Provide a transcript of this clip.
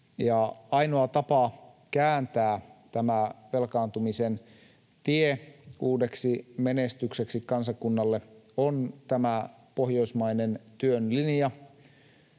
Ainoa tapa kääntää tämä velkaantumisen tie uudeksi menestykseksi kansakunnalle on tämä pohjoismainen työn linja.